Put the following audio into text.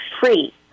free